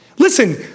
Listen